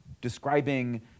describing